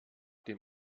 dem